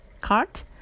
cart